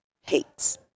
hates